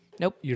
Nope